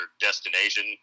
destination